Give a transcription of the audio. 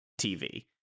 TV